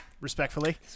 Respectfully